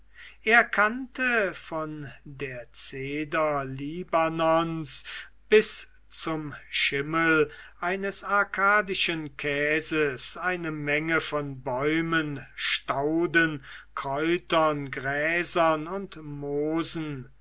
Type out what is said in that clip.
er kannte von der zeder libanons bis zum schimmel eines arkadischen käses eine menge von bäumen stauden kräutern gräsern und moosen